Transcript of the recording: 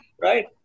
Right